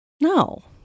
No